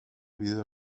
vida